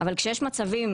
אבל כשיש מצבים,